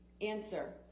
Answer